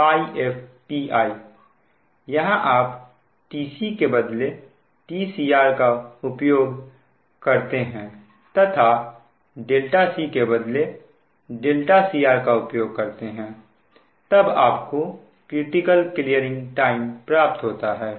2HπfPi यहां आप tc के बदले tcr उपयोग करते हैं तथा c के बदले cr का उपयोग करते हैं तब आपको क्रिटिकल क्लीयरिंग टाइम प्राप्त होता है